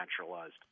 naturalized